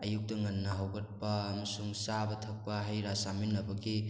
ꯑꯌꯨꯛꯇ ꯉꯟꯅ ꯍꯧꯒꯠꯄ ꯑꯃꯁꯨꯡ ꯆꯥꯕ ꯊꯛꯄ ꯍꯩꯔꯥ ꯆꯥꯃꯤꯟꯅꯕꯒꯤ